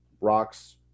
rocks